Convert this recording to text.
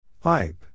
Pipe